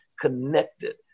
connected